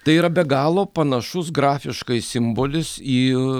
tai yra be galo panašus grafiškai simbolis į